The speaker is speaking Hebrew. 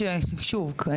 שוב,